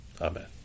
Amen